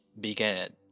began